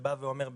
שבא ואומר,